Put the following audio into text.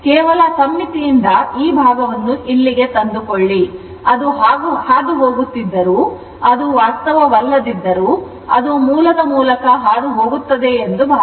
ಕೇವಲ ಸಮ್ಮಿತಿಯಿಂದ ಈ ಭಾಗವನ್ನು ಇಲ್ಲಿಗೆ ತಂದುಕೊಳ್ಳಿ ಅದು ಹಾದುಹೋಗುತ್ತಿದ್ದರೂ ಅದು ವಾಸ್ತವವಲ್ಲದಿದ್ದರೂ ಅದು ಮೂಲದ ಮೂಲಕ ಹಾದುಹೋಗುತ್ತದೆ ಎಂದು ಭಾವಿಸಿ